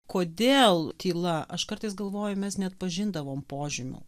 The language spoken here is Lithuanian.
kodėl tyla aš kartais galvoju mes neatpažindavom požymių